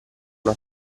una